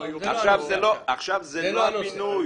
עכשיו זה לא הבינוי.